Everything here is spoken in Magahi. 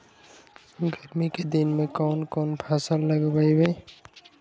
गर्मी के दिन में कौन कौन फसल लगबई?